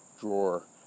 drawer